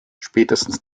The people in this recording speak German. spätestens